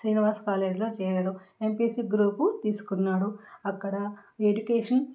శ్రీనివాస కాలేజ్లో చేరాడు MPC group తీసుకున్నాడు అక్కడ ఎడ్యుకేషన్